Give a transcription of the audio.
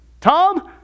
Tom